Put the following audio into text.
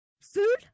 Food